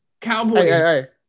Cowboys